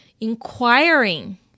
inquiring